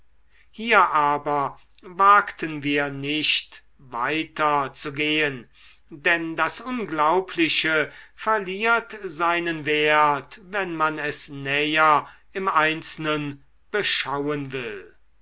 hier aber wagen wir nicht weiter zu gehen denn das unglaubliche verliert seinen wert wenn man es näher im einzelnen beschauen will